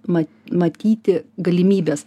ma matyti galimybes